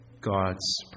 God's